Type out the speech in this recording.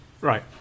Right